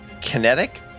kinetic